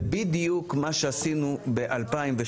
זה בדיוק מה שעשינו ב-2018.